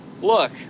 Look